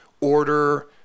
order